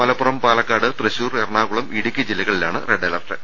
മലപ്പുറം പാലക്കാട് തൃശൂർ എറണാകുളം ഇടുക്കി ജില്ലകളിലാണ് red alert